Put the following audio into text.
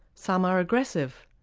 some are aggressive,